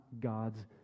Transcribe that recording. God's